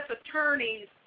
attorneys